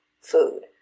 food